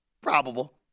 Probable